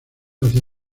hacia